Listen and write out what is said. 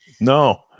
No